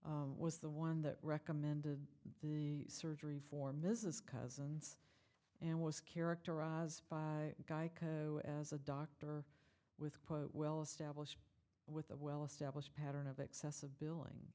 cousins was the one that recommended the surgery for mrs cousins and was characterized as geico as a doctor with put well established with a well established pattern of excessive billing